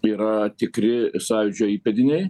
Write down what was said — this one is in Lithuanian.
yra tikri sąjūdžio įpėdiniai